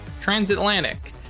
transatlantic